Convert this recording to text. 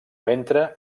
ventre